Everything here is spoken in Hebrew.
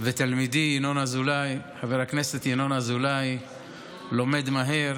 ותלמידי חבר הכנסת ינון אזולאי לומד מהר